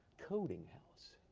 codinghouse